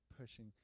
pushing